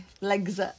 legs